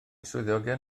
swyddogion